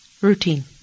routine